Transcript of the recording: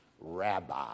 rabbi